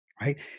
Right